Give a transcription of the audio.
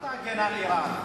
אל תגן על אירן.